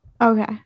okay